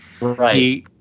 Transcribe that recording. Right